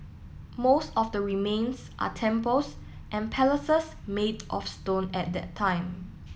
most of the remains are temples and palaces made of stone at that time